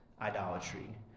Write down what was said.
idolatry